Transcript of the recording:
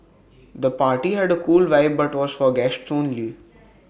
the party had A cool vibe but was for guests only